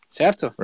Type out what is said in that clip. certo